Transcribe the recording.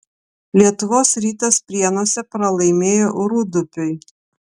lietuvos rytas prienuose pralaimėjo rūdupiui